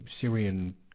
Syrian